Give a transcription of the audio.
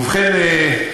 ובכן,